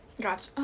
Gotcha